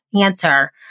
answer